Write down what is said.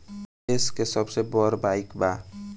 ई देस के सबसे बड़ बईक बा